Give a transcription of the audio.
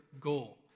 goal